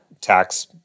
tax